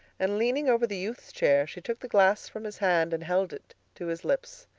and leaning over the youth's chair, she took the glass from his hand and held it to his lips.